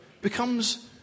becomes